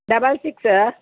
double six